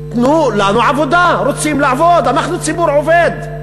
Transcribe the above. תנו לנו עבודה, רוצים לעבוד, אנחנו ציבור עובד.